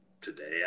today